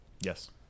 Yes